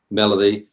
melody